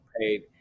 paid